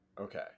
Okay